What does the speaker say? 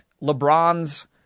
LeBron's